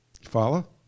Follow